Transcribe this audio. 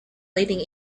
leading